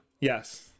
Yes